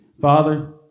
Father